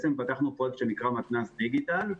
פתחנו פרויקט שנקרא "מתנ"ס דיגיטל",